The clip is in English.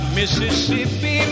Mississippi